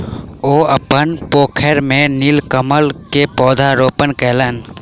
ओ अपन पोखैर में नीलकमल के पौधा रोपण कयलैन